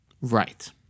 Right